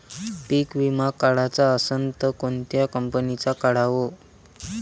पीक विमा काढाचा असन त कोनत्या कंपनीचा काढाव?